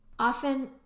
Often